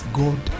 god